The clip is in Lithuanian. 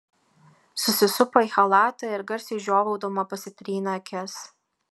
susisupo į chalatą ir garsiai žiovaudama pasitrynė akis